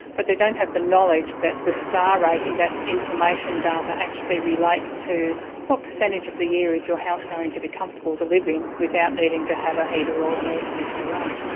but they don't have the knowledge that the star rating, that information data actually relates to what percentage of the year is your house going to be comfortable to live in without needing to have a heater or an air conditioner on.